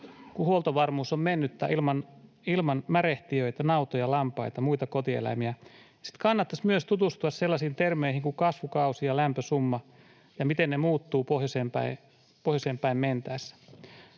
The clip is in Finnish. kun huoltovarmuus on mennyttä ilman märehtijöitä, nautoja, lampaita, ja muita kotieläimiä. Sitten kannattaisi myös tutustua sellaisiin termeihin kuin ”kasvukausi” ja ”lämpösumma” ja siihen, miten ne muuttuvat pohjoiseen päin mentäessä.